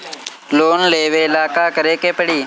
Loan लेवे ला का करे के पड़ी?